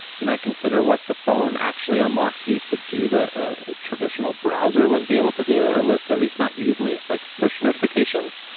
you might consider what the phone actually unlocks you to do that a traditional browser wouldn't be able to do or at least not easily, like push notifications.